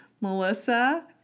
Melissa